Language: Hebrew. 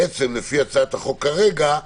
לפי הצעת החוק כרגע,